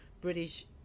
British